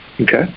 Okay